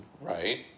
Right